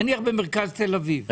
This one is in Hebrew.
נניח שבמרכז תל אביב --- רגע,